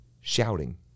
Shouting